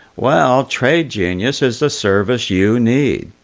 well, tradegenius is the service you need.